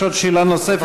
יש עוד שאלה נוספת,